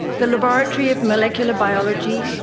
the laboratory of molecular biology,